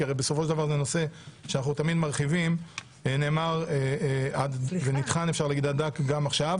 כי בסופו של דבר זה נושא שאנחנו מרחיבים ונטחן עד דק גם עכשיו